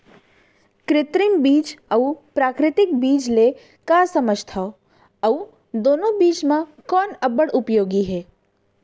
कृत्रिम बीज अऊ प्राकृतिक बीज ले का समझथो अऊ दुनो म कोन अब्बड़ उपयोगी हे?